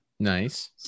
Nice